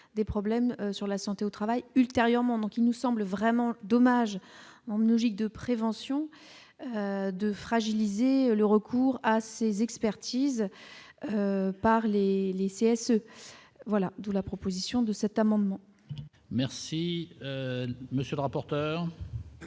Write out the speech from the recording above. des problèmes sur la santé au travail, ultérieurement, donc il nous semble vraiment dommage on n'logique de prévention, de fragiliser le recours à ces expertises par les les CSE voilà d'où la proposition de cet amendement. Merci, monsieur le rapporteur.